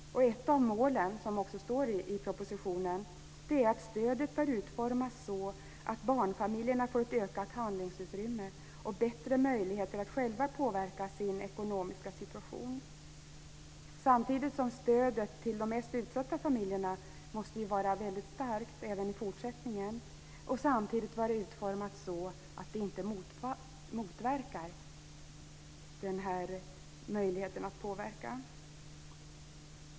Ett av målen - som det också står om i propositionen - är att stödet bör utformas så att barnfamiljerna får ett ökat handlingsutrymme och bättre möjligheter att själva påverka sin ekonomiska situation. Samtidigt måste stödet till de mest utsatta familjerna vara starkt även i fortsättningen och även vara utformat så att det inte motverkar möjligheten att påverka.